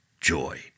joy